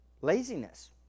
laziness